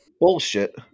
bullshit